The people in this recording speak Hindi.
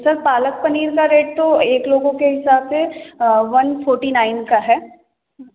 सर पालक पनीर का रेट तो एक लोगों के हिसाब से वन फोर्टी नाइन का है हम्म